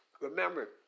Remember